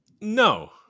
No